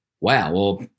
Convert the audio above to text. Wow